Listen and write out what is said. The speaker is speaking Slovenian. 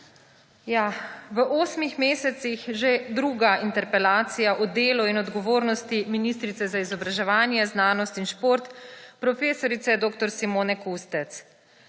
V osmih mesecih že druga interpelacija o delu in odgovornosti ministrice za izobraževanje, znanost in šport prof. dr. Simone Kustec.